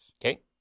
Okay